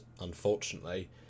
unfortunately